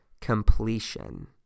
completion